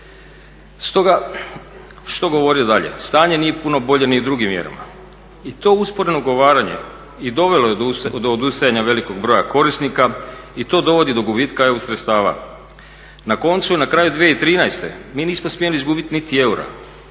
Stoga što govorit dalje? Stanje nije puno bolje ni u drugim mjerama. I to usporeno ugovaranje i dovelo je do odustajanja velikog broja korisnika i to dovodi do gubitka eu sredstava. Na koncu, na kraju 2013. mi nismo smjeli izgubit niti eura,